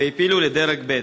והם העפילו לדרג ב'.